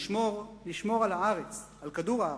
לשמור על כדור-הארץ.